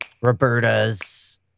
Roberta's